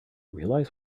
realize